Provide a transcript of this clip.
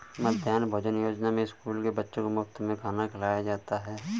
मध्याह्न भोजन योजना में स्कूल के बच्चों को मुफत में खाना खिलाया जाता है